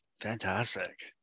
Fantastic